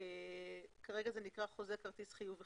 "2.חוזה כרטיס חיוב וחידושו.